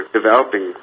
developing